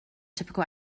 typical